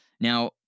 now